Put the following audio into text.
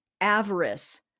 avarice